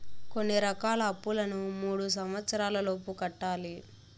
కొన్ని రకాల అప్పులను మూడు సంవచ్చరాల లోపు కట్టాలి